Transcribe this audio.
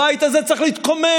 הבית הזה צריך להתקומם.